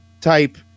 type